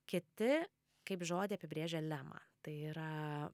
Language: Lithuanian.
kiti kaip žodį apibrėžia lemą tai yra